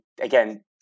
again